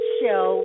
show